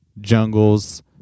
jungles